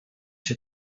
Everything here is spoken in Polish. się